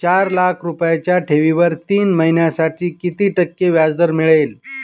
चार लाख रुपयांच्या ठेवीवर तीन महिन्यांसाठी किती टक्के व्याजदर मिळेल?